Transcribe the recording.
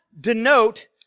denote